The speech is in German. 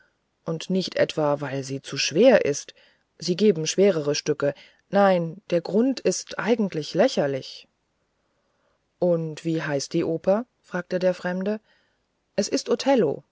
und nicht etwa weil sie zu schwer ist sie geben schwerere stücke nein der grund ist eigentlich lächerlich und wie heißt die oper fragte der fremde es ist